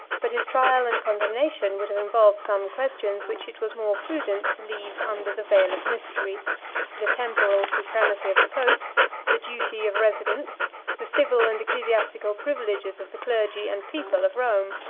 but his trial and condemnation would have involved some questions, which it was more prudent to leave under the veil of mystery the temporal supremacy of the popes the duty of residence the civil and ecclesiastical privileges of the clergy and people of rome.